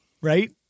right